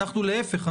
להיפך,